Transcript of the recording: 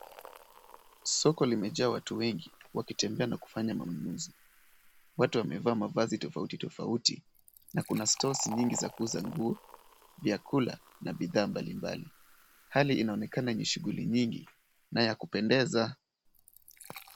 Soko limejaa watu wengi wakitembea na kufanya manunuzi. Watu wamevaa mavazi tofauti tofauti. Na kuna stores nyingi za kuuza nguo ,vyakula na bidhaa mbalimbali. Hali inaonekana ni shughuli nyingi na ya kupendeza.